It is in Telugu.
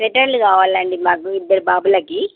రిటర్న్లు కావాలండి మాకు ఇద్దరు బాబులకి